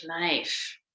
life